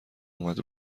اومد